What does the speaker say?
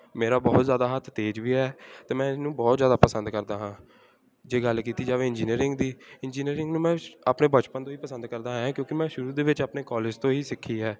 ਮੇਰਾ ਬਹੁਤ ਜ਼ਿਆਦਾ ਹੱਥ ਤੇਜ਼ ਵੀ ਹੈ ਅਤੇ ਮੈਂ ਇਹਨੂੰ ਬਹੁਤ ਜ਼ਿਆਦਾ ਪਸੰਦ ਕਰਦਾ ਹਾਂ ਜੇ ਗੱਲ ਕੀਤੀ ਜਾਵੇ ਇੰਜੀਨੀਅਰਿੰਗ ਦੀ ਇੰਜੀਨੀਅਰਿੰਗ ਨੂੰ ਮੈਂ ਆਪਣੇ ਬਚਪਨ ਤੋਂ ਵੀ ਪਸੰਦ ਕਰਦਾ ਆਇਆ ਹਾਂ ਕਿਉਂਕਿ ਮੈਂ ਸ਼ੁਰੂ ਦੇ ਵਿੱਚ ਆਪਣੇ ਕੋਲੇਜ ਤੋਂ ਹੀ ਸਿੱਖੀ ਹੈ